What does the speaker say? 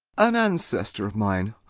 an ancestor of mine,